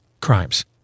crimes